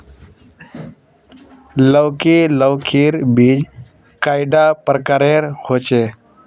लौकी लौकीर बीज कैडा प्रकारेर होचे?